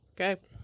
okay